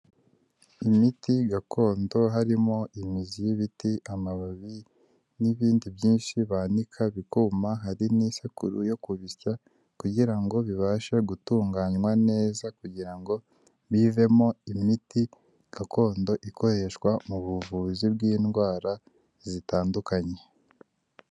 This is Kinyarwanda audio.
Imiti gakondo harimo imizi y'ibiti, amababi n'ibindi byinshi banika bikuma hari n'isekuru yo kubisya kugira ngo bibashe gutunganywa neza kugira ngo bivemo imiti gakondo ikoreshwa mu buvuzi bw'indwara zitandukanye.